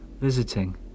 visiting